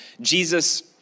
Jesus